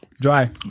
Dry